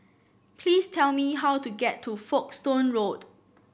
please tell me how to get to Folkestone Road